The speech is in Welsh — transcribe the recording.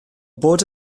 bod